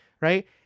right